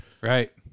Right